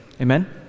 Amen